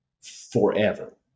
forever